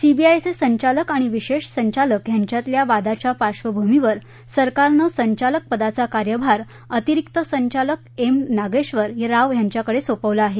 सीबीआयचे संचालक आणि विशेष संचालक यांच्यातल्या वादाच्या पार्श्वभूमीवर सरकारन संचालकपदाचा कार्यभार अतिरिक्त संचालक एम नागेश्वर राव यांच्याकडे सोपवला आहे